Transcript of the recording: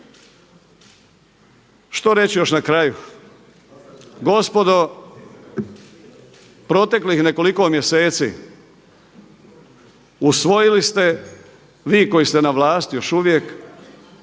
Što reći još na kraju? Gospodo, proteklih nekoliko mjeseci usvojili ste, vi koji ste na vlasti još uvijek,